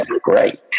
great